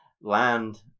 land